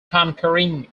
concurring